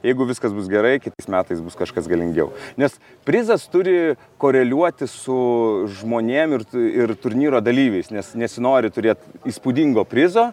jeigu viskas bus gerai kitais metais bus kažkas galingiau nes prizas turi koreliuoti su žmonėm ir ir turnyro dalyviais nes nesinori turėt įspūdingo prizo